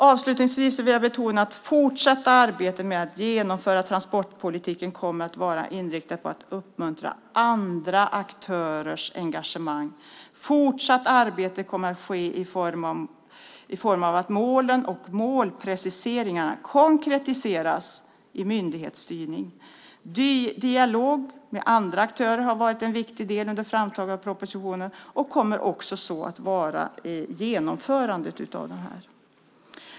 Avslutningsvis vill jag betona att det fortsatta arbetet med att genomföra transportpolitiken kommer att vara inriktat på att uppmuntra andra aktörers engagemang. Fortsatt arbete kommer att ske i form av att målen och målpreciseringarna konkretiseras i myndighetsstyrning. Dialog med andra aktörer har varit viktigt i framtagandet av propositionen och kommer också att vara det i genomförandet av den.